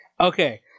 Okay